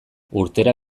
urtera